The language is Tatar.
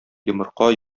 йомырка